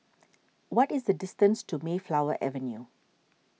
what is the distance to Mayflower Avenue